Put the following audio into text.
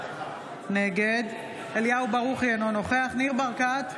נגד אליהו ברוכי, אינו נוכח ניר ברקת,